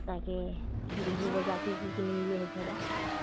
তাকে বিহু বজাৰ কি কি কিনিম বুলি ভাবিছা